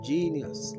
Genius